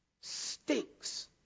stinks